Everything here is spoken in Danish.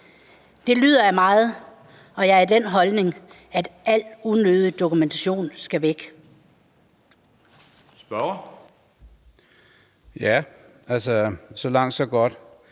Det lyder af meget, og jeg er af den holdning, at al unødig dokumentation skal væk. Kl. 17:48 Første